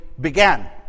began